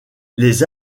les